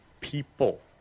people